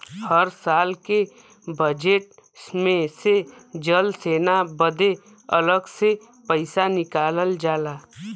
हर साल के बजेट मे से जल सेना बदे अलग से पइसा निकालल जाला